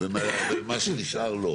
ומה שנשאר לא.